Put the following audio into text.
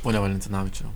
pone valentinavičiau